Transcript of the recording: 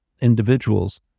individuals